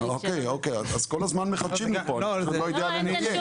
אוקיי אז כל הזמן מחדשים לי פה, אני לא יודע לי.